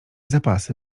zapasy